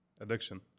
addiction